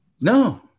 No